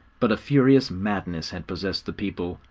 but a furious madness had possessed the people,